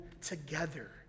together